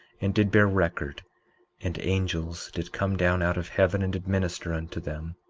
and did bear record and angels did come down out of heaven and did minister unto them.